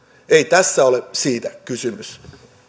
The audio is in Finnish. ei tässä ole siitä kysymys